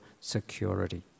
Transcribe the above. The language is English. security